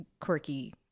quirky